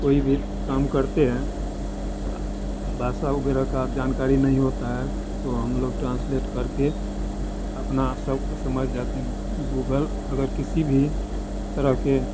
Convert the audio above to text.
कोई भी काम करते हैं भाषा वग़ैरह की जानकारी नहीं होता है तो हम लोग ट्रान्सलेट करके अपना सब समझ जाते हैं गूगल अगर किसी भी तरह के